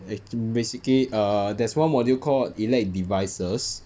act~ basically err there's one module called elec devices